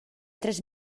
tres